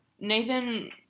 Nathan